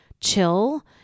chill